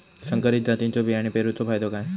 संकरित जातींच्यो बियाणी पेरूचो फायदो काय?